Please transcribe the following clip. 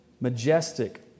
majestic